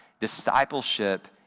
Discipleship